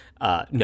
No